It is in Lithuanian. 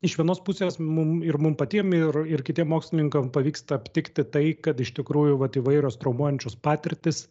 iš vienos pusės mum ir mum patiem ir ir kitiem mokslininkam pavyksta aptikti tai kad iš tikrųjų vat įvairios traumuojančios patirtys